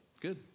Good